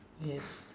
yes